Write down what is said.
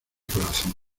corazón